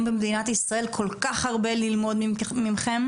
במדינת ישראל כל כך הרבה ללמוד מכם,